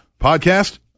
podcast